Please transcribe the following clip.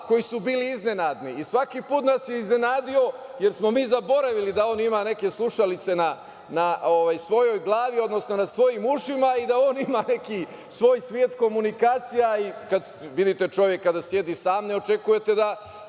koji su bili iznenadni. Svaki put nas je iznenadio jer smo mi zaboravili da on ima neke slušalice na svojoj glavi, odnosno na svojim ušima i da on ima neki svoj svet komunikacije. Vidite čoveka da sedi sam, ne očekujete da